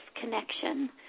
connection